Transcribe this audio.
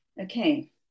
okay